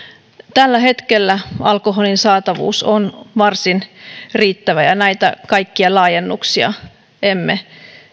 tällä hetkellä alkoholin saatavuus on varsin riittävä ja näitä kaikkia laajennuksia emme